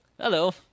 Hello